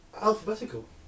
alphabetical